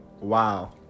Wow